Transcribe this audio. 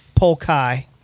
Polkai